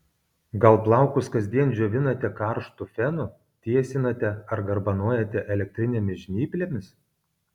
gal plaukus kasdien džiovinate karštu fenu tiesinate ar garbanojate elektrinėmis žnyplėmis